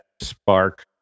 Spark